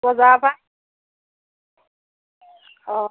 বজাৰৰ পৰা অ'